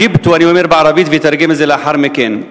אני אומר בערבית ואתרגם את זה לאחר מכן.